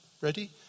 ready